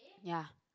ya